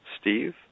Steve